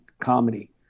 comedy